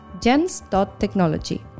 gens.technology